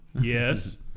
yes